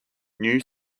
new